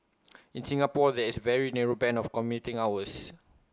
in Singapore there is A very narrow Band of commuting hours